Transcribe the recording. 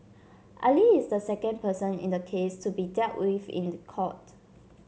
Ali is the second person in the case to be dealt with in court